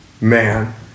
man